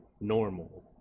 normal